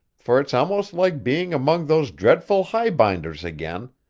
for it's almost like being among those dreadful highbinders again,